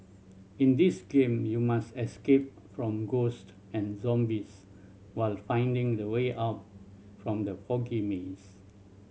in this game you must escape from ghost and zombies while finding the way out from the foggy maze